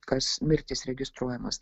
kas mirtis registruojamas